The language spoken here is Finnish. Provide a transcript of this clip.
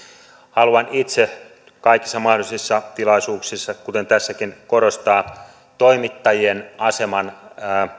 haluan itse kaikissa mahdollisissa tilaisuuksissa kuten tässäkin korostaa toimittajien aseman